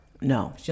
No